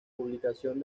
publicación